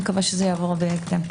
מקווה שיעבור בהקדם.